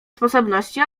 sposobności